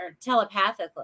telepathically